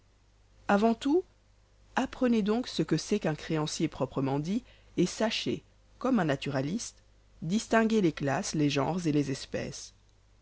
avant tout apprenez donc ce que c'est qu'un créancier proprement dit et sachez comme un naturaliste distinguer les classes les genres et les espèces